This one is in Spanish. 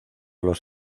los